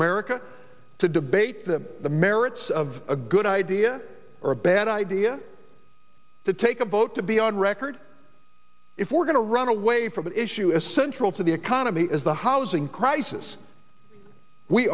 america to debate the merits of a good idea or a bad idea to take a vote to be on record if we're going to run away from the issue is central to the economy is the housing crisis we